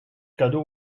cadeau